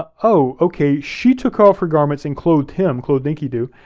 ah oh, okay, she took off her garments and clothed him, clothed enkidu,